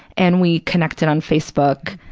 and we connected on facebook,